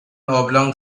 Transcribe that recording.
oblong